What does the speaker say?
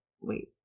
wait